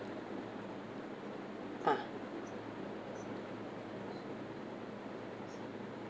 ah